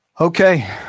Okay